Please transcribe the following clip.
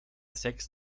sechs